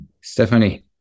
Stephanie